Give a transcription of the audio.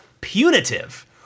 punitive